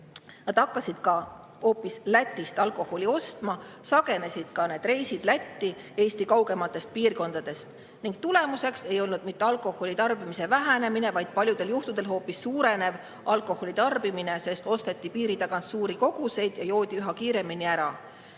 nad hakkasid hoopis Lätist alkoholi ostma. Sagenesid ka reisid Lätti Eesti kaugematest piirkondadest ning tagajärg ei olnud mitte alkoholi tarbimise vähenemine, vaid paljudel juhtudel hoopis suurenev alkoholi tarbimine, sest piiri tagant osteti suuri koguseid ja joodi üha kiiremini ära.